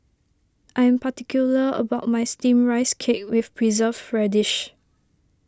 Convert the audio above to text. I am particular about my Steamed Rice Cake with Preserved Radish